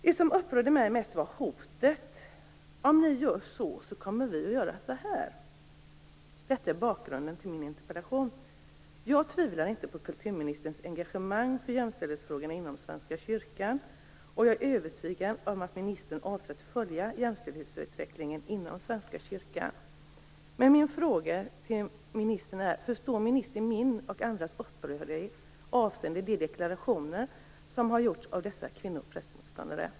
Det som upprörde mig mest var hotet: Om ni gör så kommer vi att göra så här. Detta är bakgrunden till min interpellation. Jag tvivlar inte på kulturministerns engagemang för jämställdhetsfrågorna inom Svenska kyrkan, och jag är övertygad om att ministern avser att följa jämställdhetsutvecklingen inom Svenska kyrkan. Mina frågor till ministern är: Förstår ministern min och andras upprördhet avseende de deklarationer som har gjorts av dessa kvinnoprästmotståndare?